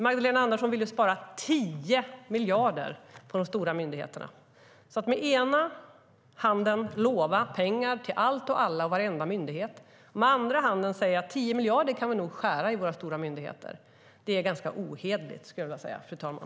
Magdalena Andersson vill spara 10 miljarder på de stora myndigheterna. Att med ena handen lova pengar till allt och alla, varenda myndighet, och med andra handen skära 10 miljarder i de stora myndigheterna är ohederligt, fru talman.